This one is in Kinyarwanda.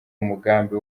umugambi